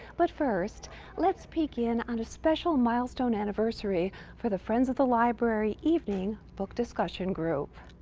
but first let's peek in on a special milestone anniversary for the friends of the library evening book discussion group.